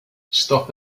stop